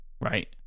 right